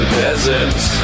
peasants